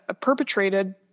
perpetrated